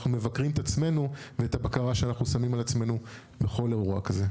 מבקרים את עצמנו ואת הבקרה שאנחנו שמים על עצמנו בכל אירוע כזה.